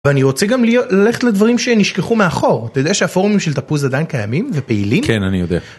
ואני רוצה גם לה-ללכת לדברים שנשכחו מאחור. אתה יודע שהפורומים של תפוז עדיין קיימים, ופעילים? כן, אני יודע.